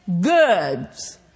Goods